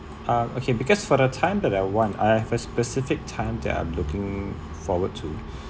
ah okay because for the time that I want I have a specific time that I'm looking forward to